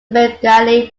bengali